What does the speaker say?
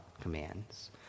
commands